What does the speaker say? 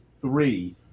three